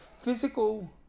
physical